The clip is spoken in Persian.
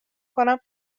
کنم